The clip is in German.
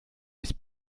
ist